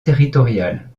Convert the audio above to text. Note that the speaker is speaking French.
territoriale